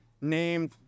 Named